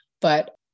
but-